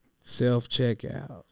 Self-checkout